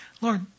Lord